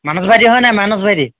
মানস ভাইটি হয় নাই মানস ভাইটি